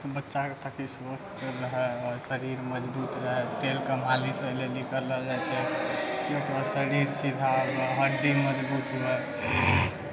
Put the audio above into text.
बच्चा के ताकि स्वस्थ रहै आओर शरीर मजबूत रहै तेल के मालिश डेली करलो जाइ छै शरीर सीधा हड्डी मजबूत हुए